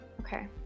Okay